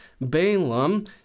Balaam